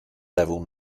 level